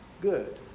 good